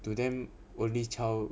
to them only child